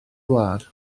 wlad